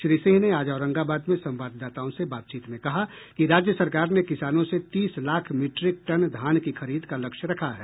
श्री सिंह ने आज औरंगाबाद में संवाददाताओं से बातचीत में कहा कि राज्य सरकार ने किसानों से तीस लाख मीट्रिक टन धान की खरीद का लक्ष्य रखा है